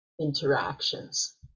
interactions